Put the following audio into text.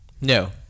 No